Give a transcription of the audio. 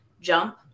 Jump